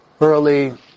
early